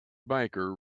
biker